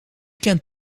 kent